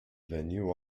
venue